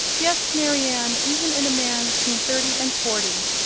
yes, marianne, even in a man between thirty and forty.